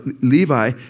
Levi